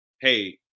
hey